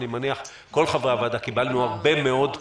אני מניח שכל חברי הוועדה,